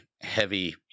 heavy